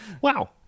Wow